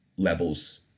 levels